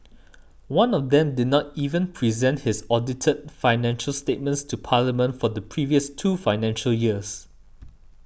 one of them did not even present its audited financial statements to Parliament for the previous two financial years